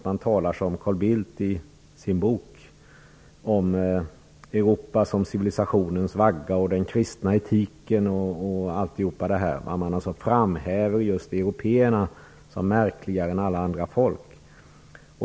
Man talar som Carl Bildt i sin bok om Europa som civilisationens vagga och om den kristna etiken. Man framhäver just europeerna som märkligare än alla andra folk.